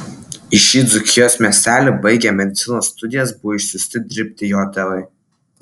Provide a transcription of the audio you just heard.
į šį dzūkijos miestelį baigę medicinos studijas buvo išsiųsti dirbti jo tėvai